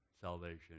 salvation